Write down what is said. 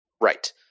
Right